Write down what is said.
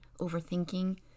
overthinking